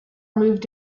moved